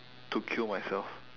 to kill myself